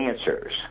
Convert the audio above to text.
answers